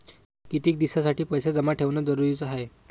कितीक दिसासाठी पैसे जमा ठेवणं जरुरीच हाय?